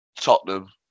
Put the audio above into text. Tottenham